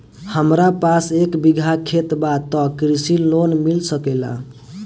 हमरा पास एक बिगहा खेत बा त कृषि लोन मिल सकेला?